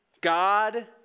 God